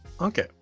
Okay